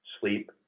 sleep